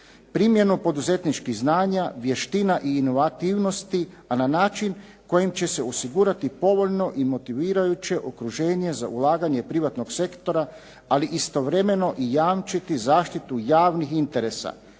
Primjenom poduzetničkih znanja, vještina i inovativnosti, a na način kojim će se osigurati povoljno i motivirajuće okruženje za ulaganje privatnog sektora, ali istovremeno i jamčiti zaštitu javnih interesa.